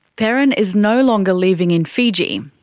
perrin is no longer living in fiji.